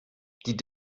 die